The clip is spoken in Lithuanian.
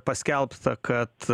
paskelbta kad